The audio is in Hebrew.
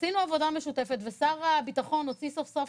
עשינו עבודה משותפת ושר הביטחון הוציא סוף-סוף